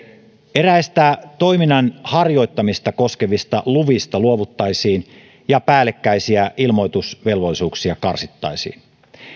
eräistä toiminnan harjoittamista koskevista luvista luovuttaisiin ja päällekkäisiä ilmoitusvelvollisuuksia karsittaisiin